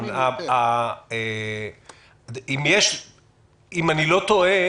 אם אני לא טועה,